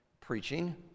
preaching